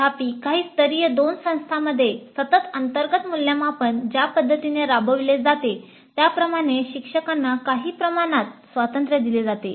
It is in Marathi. तथापि काही स्तरीय 2 संस्थांमध्ये सतत अंतर्गत मूल्यमापन ज्या पद्धतीने राबविले जाते त्याप्रमाणे शिक्षकांना काही प्रमाणात स्वातंत्र्य दिले जाते